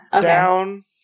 down